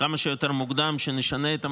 כמה שיותר מוקדם שנשנה את המנגנון,